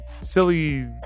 silly